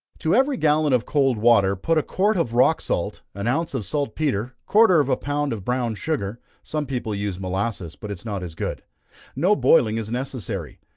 to every gallon of cold water, put a quart of rock salt, an ounce of salt-petre, quarter of a pound of brown sugar some people use molasses, but it is not as good no boiling is necessary.